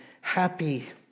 happy